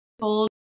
told